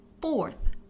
fourth